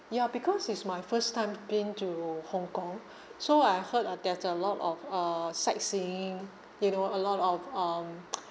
ya because is my first time p~ been to hong kong so I heard uh there's a lot of uh sightseeing you know a lot of um